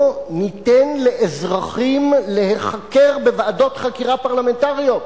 לא ניתן לאזרחים להיחקר בוועדות חקירה פרלמנטריות,